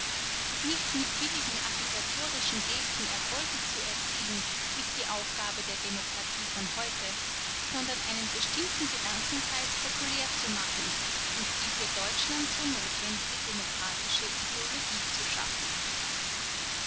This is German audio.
nicht mit billigen agitatorischen gesten erfolge zu erzielen ist die aufgabe der demokratie von heute sondern einen bestimmten gedankenkreis populär zu machen und die für deutschland so notwendige demokratische ideologie zu schaffen